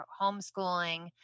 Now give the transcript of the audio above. homeschooling